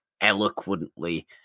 eloquently